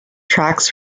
tracks